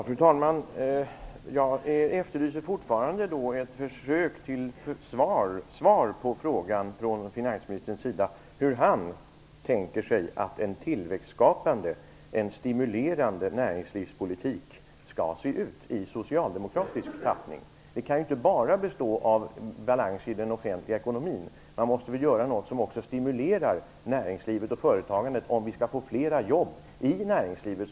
Fru talman! Jag efterlyser fortfarande ett försök till svar från finansministern på frågan om hur han tänker sig att en tillväxtskapande och stimulerande näringslivspolitik skall se ut i socialdemokratisk tappning. Den kan ju inte bara bestå av balans i den offentliga ekonomin. Man måste väl göra något som också stimulerar näringslivet och företagandet om vi skall få flera jobb i näringslivet?